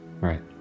Right